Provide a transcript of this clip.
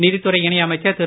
நிதித்துறை இணை அமைச்சர் திரு